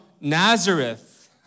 Nazareth